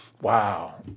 Wow